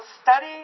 study